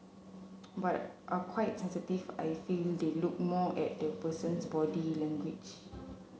but are quite sensitive I feel they look more at the person's body language